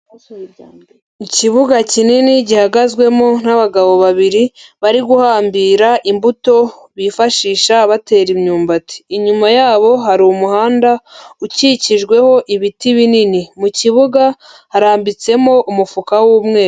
Ikibuga kinini gihagazwemo n'abagabo babiri bari guhambira imbuto bifashisha batera imyumbati, inyuma yabo hari umuhanda ukikijweho ibiti binini, mu kibuga harambitsemo umufuka w'umweru.